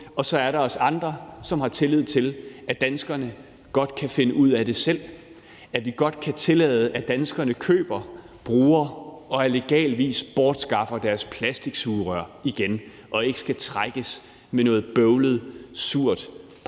Og så er der os andre, som har tillid til, at danskerne godt kan finde ud af det selv, og at man godt kan tillade, at danskerne køber, bruger og på legal vis bortskaffer deres plastiksugerør igen, og ikke skal trækkes med noget bøvlet, surt papbras,